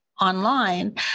online